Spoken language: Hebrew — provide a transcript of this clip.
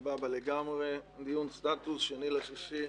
טוב, 2 ביוני 2021,